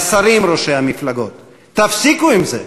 לשרים, לראשי המפלגות: תפסיקו עם זה.